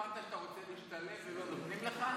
זה נכון שאמרת שאתה רוצה להשתלב ולא נותנים לך?